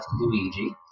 Luigi